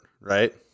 right